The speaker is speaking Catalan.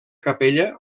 capella